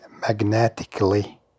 magnetically